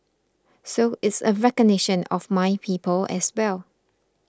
so it's a recognition of my people as well